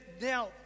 Now